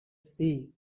sea